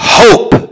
hope